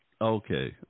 Okay